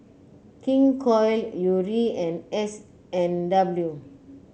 King Koil Yuri and S and W